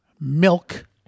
Milk